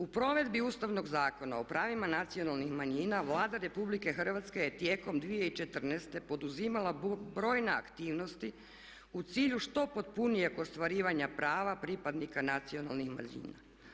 U provedbi Ustavnog zakona o pravima nacionalnih manjina Vlada RH je tijekom 2014. poduzimala brojne aktivnosti u cilju što potpunijeg ostvarivanja prava pripadnika nacionalnih manjina.